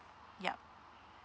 yup